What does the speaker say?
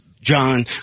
john